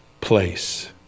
place